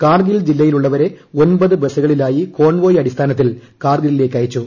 കാർഗിൽ ജില്ലയിലുള്ളവരെ ഒമ്പത് ബസുകളിലായി കോൺവോയ് അടിസ്ഥാനത്തിൽ കാർഗിലിലേക്കയച്ചു